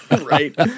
Right